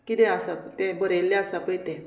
किदें आसा तें बरयल्लें आसा पळय तें